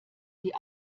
die